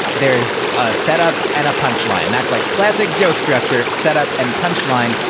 there is a setup and a punch line that's like classic joke structure setup and punch line.